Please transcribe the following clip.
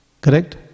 Correct